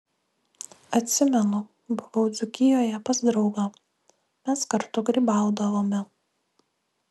atsimenu buvau dzūkijoje pas draugą mes kartu grybaudavome